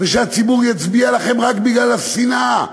שהציבור יצביע לכם רק בגלל השנאה,